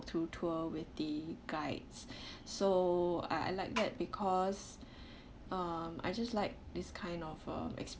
through tour with the guides so I I like that because um I just like this kind of uh